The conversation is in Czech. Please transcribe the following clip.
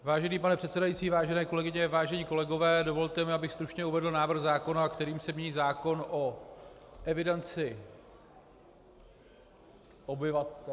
Vážený pane předsedající, vážené kolegyně, vážení kolegové, dovolte mi, abych stručně uvedl návrh zákona, kterým se mění zákon o evidenci obyvatel...